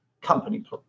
company